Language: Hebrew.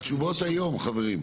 התשובות היום, חברים.